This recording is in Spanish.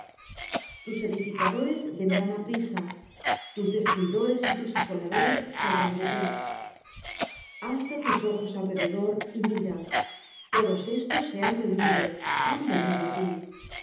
tus edificadores vendrán aprisa tus destruidores y tus asoladores saldrán de ti alza tus ojos alrededor y mira todos estos se han reunido han venido á ti